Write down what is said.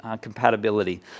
compatibility